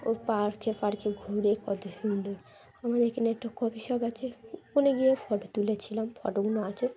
ও পার্কে পার্কে ঘুরে কত সুন্দর আমাদের এখানে একটা কফি শপ আছে ওখানে গিয়ে ফটো তুলেছিলাম ফটোগুলো আছে